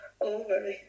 over